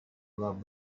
love